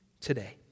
today